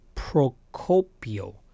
Procopio